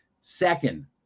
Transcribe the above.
Second